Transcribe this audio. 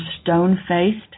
stone-faced